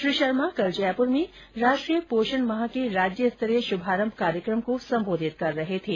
श्री शर्मा कल जयपुर में राष्ट्रीय पोषण माह के राज्य स्तरीय शुभारंभ कार्यक्रम को सम्बोधित कर रहे थे